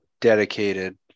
dedicated